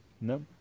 No